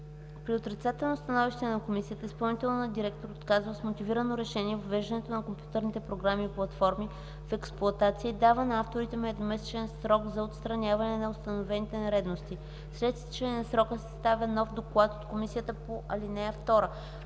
При отрицателно становище на комисията изпълнителният директор отказва с мотивирано решение въвеждането на компютърните програми и платформи в експлоатация и дава на авторите им едномесечен срок за отстраняване на установените нередности. След изтичане на срока се съставя нов доклад от комисията по ал. 2.